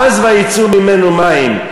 אז "ויצאו ממנו מים".